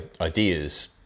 ideas